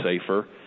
safer